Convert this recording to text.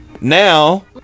Now